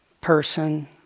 person